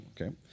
Okay